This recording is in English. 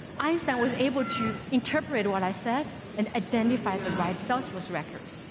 einstein was able to interpret what i said and identify the right salesforce record.